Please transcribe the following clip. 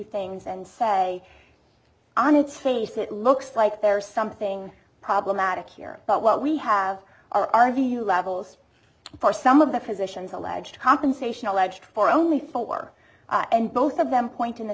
things and say on its face it looks like there's something problematic here but what we have our view levels for some of the physicians alleged compensation alleged for only four and both of them point in the